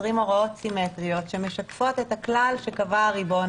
יוצרים הוראות סימטריות שמשקפות את הכלל שקבע הריבון,